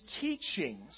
teachings